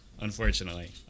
unfortunately